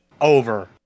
over